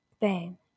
bang